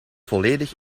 volledig